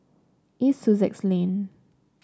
East Sussex Lane